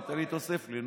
אמרת לי שתוסיף לי.